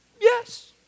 Yes